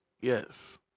Yes